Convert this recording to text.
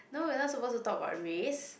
no we are not suppose to talk about race